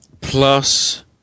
Plus